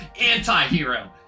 anti-hero